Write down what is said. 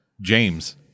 James